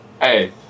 Hey